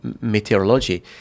meteorology